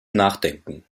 nachdenken